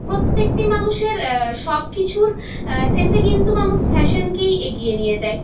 প্রত্যেকটি মানুষের সবকিছুর শেষে কিন্তু মানুষ ফ্যাশনকেই এগিয়ে নিয়ে যায়